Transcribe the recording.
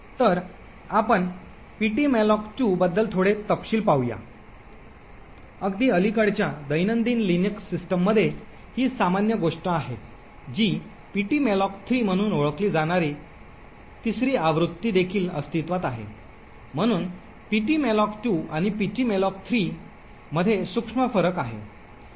तर आपण ptmalloc2 बद्दल थोडे तपशील पाहूया अगदी अलिकडच्या दैनंदिन लिनक्स सिस्टममध्ये ही सामान्य गोष्ट आहे जी ptmalloc3 म्हणून ओळखली जाणारी 3 री आवृत्ती देखील अस्तित्वात आहे म्हणून ptmalloc2 आणि ptmalloc3 मध्ये सूक्ष्म फरक आहेत